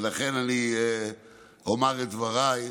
ולכן אני אומר את דבריי.